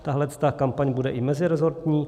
Tahleta kampaň bude i meziresortní.